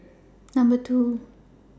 Number two